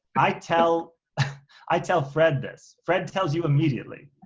i tell i tell fred this. fred tells you immediately.